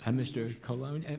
um mr. colon,